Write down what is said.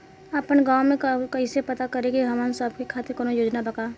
आपन गाँव म कइसे पता करि की हमन सब के खातिर कौनो योजना बा का?